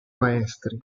maestri